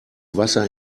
wasser